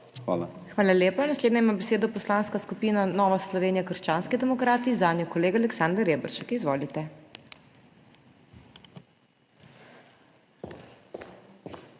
HOT:** Hvala lepa. Naslednja ima besedo Poslanska skupina Nova Slovenija – krščanski demokrati, zanjo kolega Aleksander Reberšek. Izvolite.